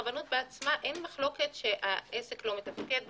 הרבנות בעצמה אין מחלוקת שהעסק לא מתפקד בחיפה,